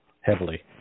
heavily